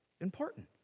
important